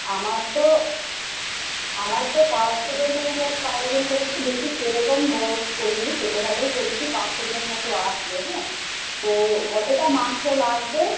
আমার তো আমার তো পাঁচশো জনের মতো আয়োজন করেছি বেশি সেরকম বড়ো করিনি ছোটো খাটোই করেছি পাঁচশো জন মতো আসবে হ্যাঁ তো কতটা মাংস লাগবে